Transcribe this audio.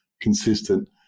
consistent